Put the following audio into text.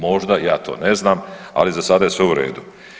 Možda ja to ne znam, ali za sada je sve u redu.